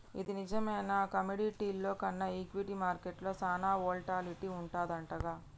ఇది నిజమేనా కమోడిటీల్లో కన్నా ఈక్విటీ మార్కెట్లో సాన వోల్టాలిటీ వుంటదంటగా